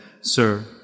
Sir